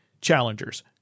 challengers